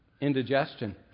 indigestion